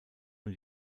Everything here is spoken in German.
nur